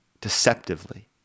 deceptively